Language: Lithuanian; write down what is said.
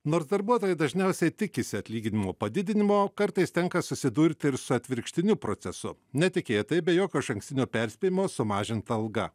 nors darbuotojai dažniausiai tikisi atlyginimo padidinimo kartais tenka susidurti ir su atvirkštiniu procesu netikėtai be jokio išankstinio perspėjimo sumažinta alga